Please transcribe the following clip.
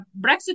Brexit